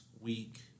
week